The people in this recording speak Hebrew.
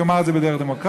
יאמר את זה בדרך דמוקרטית,